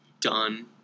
done